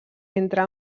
entre